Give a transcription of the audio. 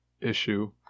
issue